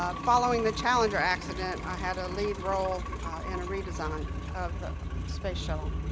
ah following the challenger accident, i had a lead role and a redesign of the space shuttle.